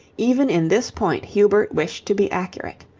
even in this point hubert wished to be accurate.